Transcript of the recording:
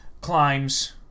climbs